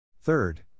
Third